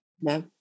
No